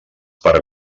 per